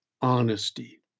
honesty